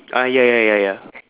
ah ya ya ya ya